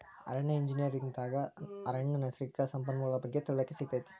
ಅರಣ್ಯ ಎಂಜಿನಿಯರ್ ದಾಗ ಅರಣ್ಯ ನೈಸರ್ಗಿಕ ಸಂಪನ್ಮೂಲಗಳ ಬಗ್ಗೆ ತಿಳಿವಳಿಕೆ ಸಿಗತೈತಿ